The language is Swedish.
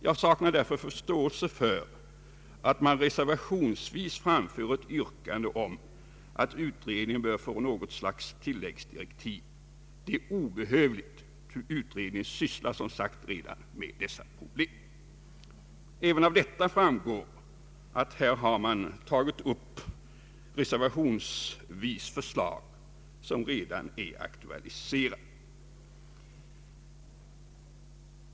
Jag saknar därför förståelse för att man reservationsvis framför ett yrkande om att utredningen bör få något slags tilläggsdirektiv. Det är obehövligt, ty utredningen sysslar som sagt redan med dessa problem.” Även av detta framgår att man reservationsvis tagit upp förslag som redan är aktualiserade.